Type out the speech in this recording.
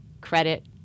credit